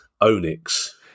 Onyx